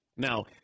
Now